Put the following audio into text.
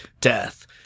Death